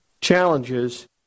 challenges